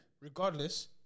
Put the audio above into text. Regardless